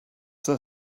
there